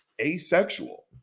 Asexual